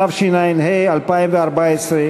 התשע"ה 2014,